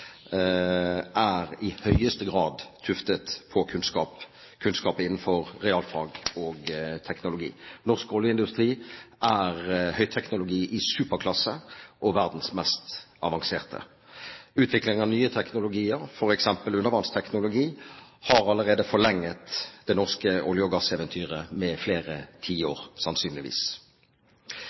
er i høyeste grad tuftet på kunnskap innenfor realfag og teknologi. Norsk oljeindustri er høyteknologi i superklasse og verdens mest avanserte. Utvikling av nye teknologier, f.eks. undervannsteknologi, har sannsynligvis allerede forlenget det norske olje- og gasseventyret med flere tiår.